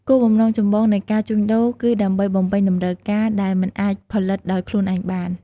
គោលបំណងចម្បងនៃការជួញដូរគឺដើម្បី បំពេញតម្រូវការ ដែលមិនអាចផលិតដោយខ្លួនឯងបាន។